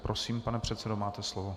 Prosím, pane předsedo, máte slovo.